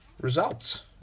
results